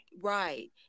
Right